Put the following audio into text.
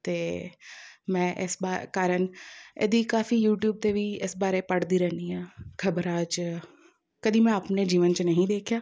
ਅਤੇ ਮੈਂ ਇਸ ਵਾ ਕਾਰਨ ਇਹਦੀ ਕਾਫੀ ਯੂਟਿਊਬ 'ਤੇ ਵੀ ਇਸ ਬਾਰੇ ਪੜ੍ਹਦੀ ਰਹਿੰਦੀ ਹਾਂ ਖ਼ਬਰਾਂ 'ਚ ਕਦੀ ਮੈਂ ਆਪਣੇ ਜੀਵਨ 'ਚ ਨਹੀਂ ਦੇਖਿਆ